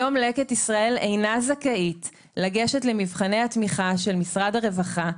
היום "לקט ישראל" אינה רשאית לגשת למבחני התמיכה של משרד הרווחה,